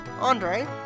Andre